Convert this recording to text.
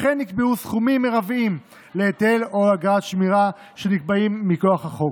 וכן נקבעו סכומים מרביים להיטל או אגרת שמירה שנקבעים מכוח החוק.